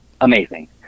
amazing